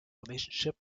relationship